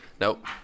Nope